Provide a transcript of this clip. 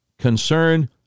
concern